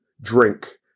drink